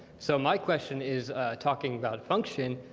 so my question is talking about function,